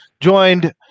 Joined